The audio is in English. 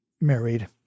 married